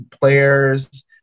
players